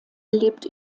lebt